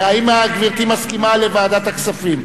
האם גברתי מסכימה לוועדת הכספים?